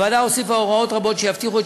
הוועדה הוסיפה הוראות רבות שיבטיחו את